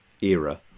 era